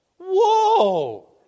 whoa